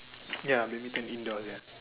ya badminton indoors ya